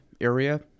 area